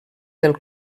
del